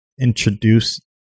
introduce